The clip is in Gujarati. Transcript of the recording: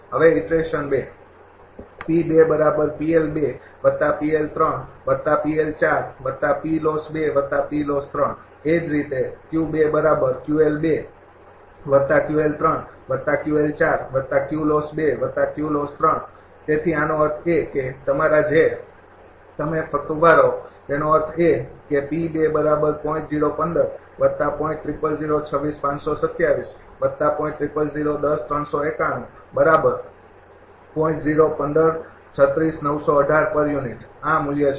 હવે ઇટરેશન ૨ એ જ રીતે તેથી આનો અર્થ એ કે તમારા જે તમે ફકત ઊભા રહો તેનો અર્થ એ કે આ મૂલ્ય છે